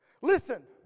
Listen